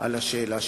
על השאלה שלה.